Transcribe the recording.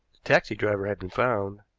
the taxi driver had been found,